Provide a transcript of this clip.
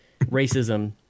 Racism